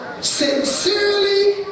sincerely